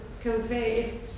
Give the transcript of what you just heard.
convey